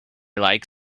like